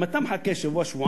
אם אתה מחכה שבוע-שבועיים,